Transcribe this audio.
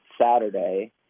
Saturday